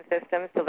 systems